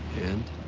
and?